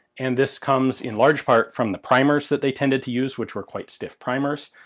and this comes in large part from the primers that they tended to use, which were quite stiff primers.